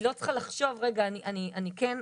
היא לא צריכה לחשוב 'אני כן,